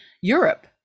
Europe